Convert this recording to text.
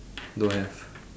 don't have